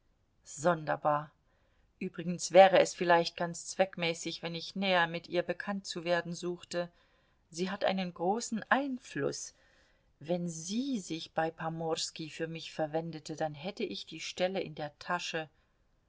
sonderbar übrigens wäre es vielleicht ganz zweckmäßig wenn ich näher mit ihr bekannt zu werden suchte sie hat einen großen einfluß wenn sie sich bei pomorski für mich verwendete dann hätte ich die stelle in der tasche